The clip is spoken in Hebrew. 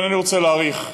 אינני רוצה להאריך,